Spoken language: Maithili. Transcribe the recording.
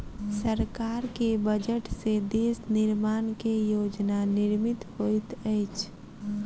सरकार के बजट से देश निर्माण के योजना निर्मित होइत अछि